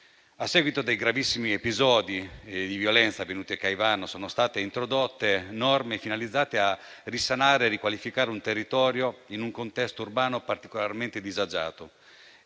A seguito dei gravissimi episodi di violenza avvenuti a Caivano, sono state introdotte norme finalizzate a risanare e a riqualificare un territorio in un contesto urbano particolarmente disagiato.